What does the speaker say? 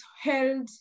held